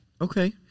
Okay